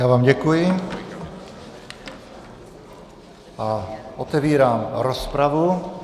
Já vám děkuji a otevírám rozpravu.